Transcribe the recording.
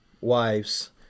wives